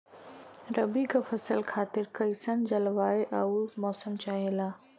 रबी क फसल खातिर कइसन जलवाय अउर मौसम चाहेला?